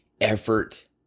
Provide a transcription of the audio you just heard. effort